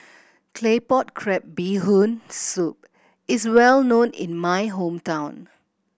Claypot Crab Bee Hoon Soup is well known in my hometown